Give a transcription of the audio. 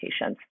patients